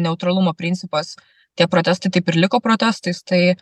neutralumo principas tie protestai taip ir liko protestais tai